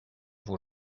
vos